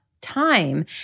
time